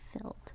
filled